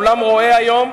העולם רואה היום,